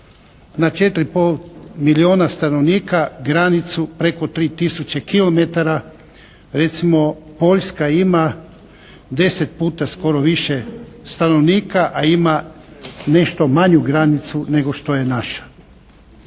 i pol milijuna stanovnika granicu preko 3 tisuće kilometara. Recimo Poljska ima 10 puta skoro više stanovnika, a ima nešto manju granicu nego što je naša.